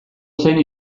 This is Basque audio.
zen